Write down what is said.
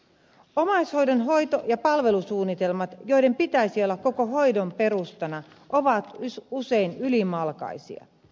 omaishoidon hoito ja palvelusuunnitelmat joiden pitäisi olla koko hoidon perustana ovat usein ylimalkaisia